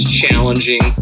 challenging